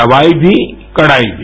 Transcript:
दवाई भी कड़ाई भी